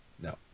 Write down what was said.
No